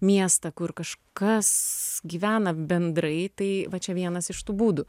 miestą kur kažkas gyvena bendrai tai va čia vienas iš tų būdų